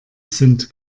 sind